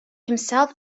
himself